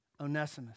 Onesimus